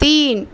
تین